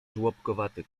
żłobkowaty